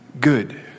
good